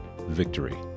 victory